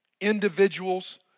individuals